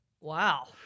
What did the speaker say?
Wow